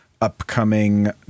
upcoming